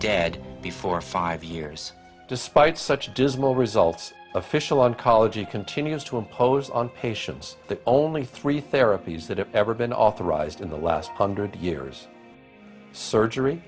dead before five years despite such dismal results official oncology continues to impose on patients the only three therapies that have ever been authorized in the last hundred years surgery